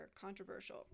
controversial